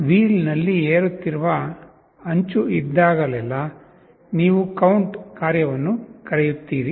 wheel ನಲ್ಲಿ ಏರುತ್ತಿರುವ ಅಂಚು ಇದ್ದಾಗಲೆಲ್ಲಾ ನೀವು ಕೌಂಟ್ ಕಾರ್ಯವನ್ನು ಕರೆಯುತ್ತೀರಿ